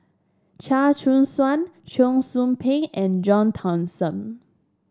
Chia Choo Suan Cheong Soo Pieng and John Thomson